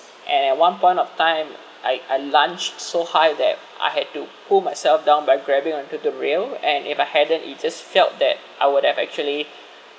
at one point of time I I launch so high that I had to pull myself down by grabbing onto the rail and if I hadn't it just felt that I would have actually